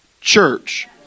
church